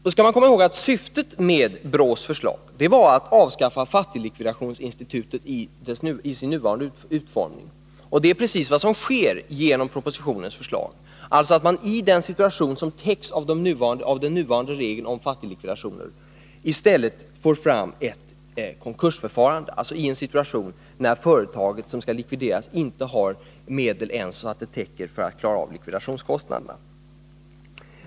Då skall man komma ihåg att syftet med BRÅ:s förslag var att avskaffa fattiglikvidationsinstituteti dess nuvarande utformning, och det är precis vad som sker genom propositionens förslag, dvs. att man i den situation som täcks av den nuvarande regeln om fattiglikvidationer i stället får fram ett konkursförfarande, när företaget som skall livideras inte har medel som ens täcker likvidationskostnaderna.